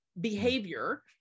behavior